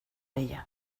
ella